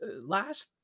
Last